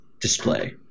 display